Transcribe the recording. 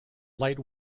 light